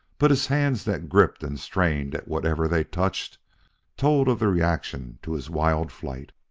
but his hands that gripped and strained at whatever they touched told of the reaction to his wild flight.